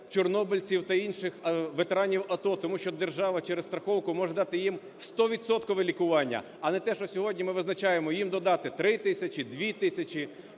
чорнобильців та інших ветеранів АТО, тому що держава через страховку може дати їм сто відсоткове лікування, а не те, що сьогодні ми визначаємо, їм додати 3 тисячі, 2 тисячі.